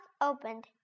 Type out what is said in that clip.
opened